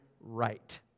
right